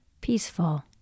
peaceful